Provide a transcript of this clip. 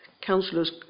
councillors